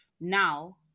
Now